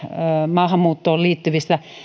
maahanmuuttoon liittyvissä